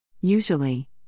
Usually